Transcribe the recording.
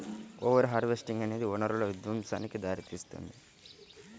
over harvesting అనేది వనరుల విధ్వంసానికి దారితీస్తుంది